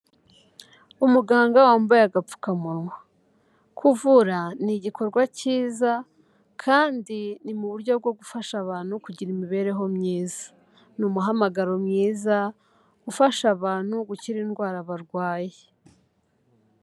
Umuganga wambaye agapfukamunwa, kuvura ni igikorwa cyiza kandi ni mu buryo bwo gufasha abantu kugira imibereho myiza, ni umuhamagaro mwiza ufasha abantu gukira indwara barwaye.